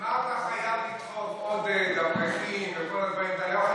ומה אתה חייב לדחוף עוד אברכים וכל הדברים האלה?